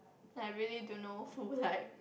I really don't know who like